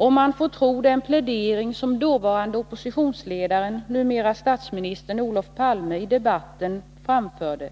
Om man får tro den plädering som dåvarande oppositionsledaren, numera statsministern, Olof Palme i debatten framförde